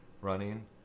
running